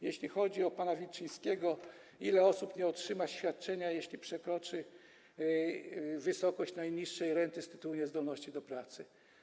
Jeśli chodzi o pytanie pana Wilczyńskiego, ile osób nie otrzyma świadczenia, jeśli przekroczy wysokość najniższej renty z tytułu niezdolności do pracy.